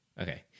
Okay